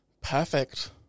perfect